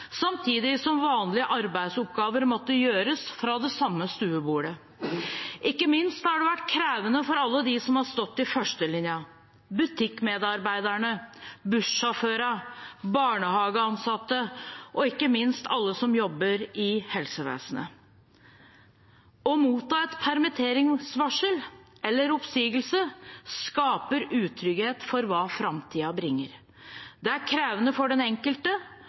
samtidig som vanlige arbeidsoppgaver måtte gjøres fra det samme stuebordet. Ikke minst har det vært krevende for alle dem som har stått i førstelinja: butikkmedarbeiderne, bussjåførene, barnehageansatte og ikke minst alle som jobber i helsevesenet. Å motta et permitteringsvarsel eller en oppsigelse skaper utrygghet for hva framtiden bringer. Det er krevende for den enkelte,